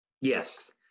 yes